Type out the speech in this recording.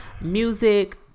Music